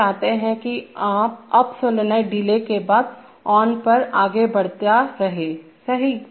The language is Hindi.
हम चाहते हैं कि अप सॉलोनॉइड डिले के बाद ऑन पर आगे बढ़ता रहेसही